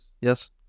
yes